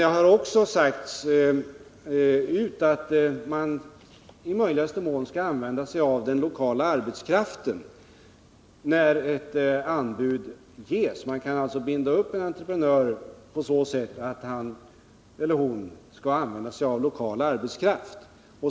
Det har också sagts ut att man i möjligaste mån skall använda sig av lokal arbetskraft när anbud ges. Man kan alltså binda upp en entreprenör genom att säga att han eller hon skall använda sig av lokal arbetskraft.